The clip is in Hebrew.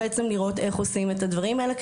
איך עושים את הדברים האלה,